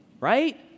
right